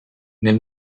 nel